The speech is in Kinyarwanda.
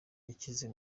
yacyize